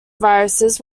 viruses